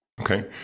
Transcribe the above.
Okay